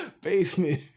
Basement